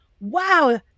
wow